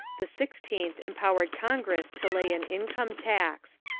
the sixteenth empowered congress to lay an income tax.